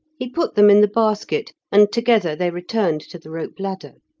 he put them in the basket, and together they returned to the rope ladder.